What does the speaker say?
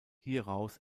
hieraus